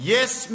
Yes